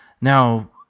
now